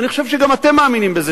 אני חושב שגם אתם מאמינים בזה,